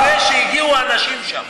זה המתווה שהגיעו אליו האנשים שם.